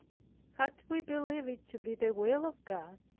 had we believed it to be the will of god,